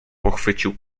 pochwycił